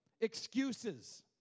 excuses